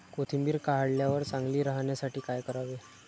कोथिंबीर काढल्यावर चांगली राहण्यासाठी काय करावे?